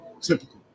Typical